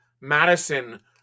Madison